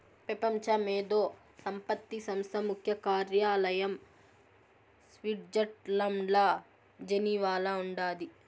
పెపంచ మేధో సంపత్తి సంస్థ ముఖ్య కార్యాలయం స్విట్జర్లండ్ల జెనీవాల ఉండాది